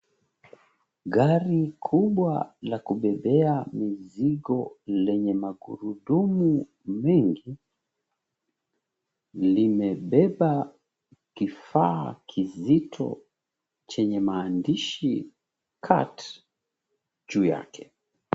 Gari kubwa la kubebea mizigo lenye magurudumu mengi, limebeba kifaa kizito chenye maandishi, "CAT" juu yake.